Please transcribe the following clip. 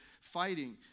fighting